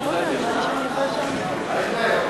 משרד הרווחה והשירותים (סיוע לניצולי שואה,